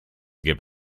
give